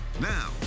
Now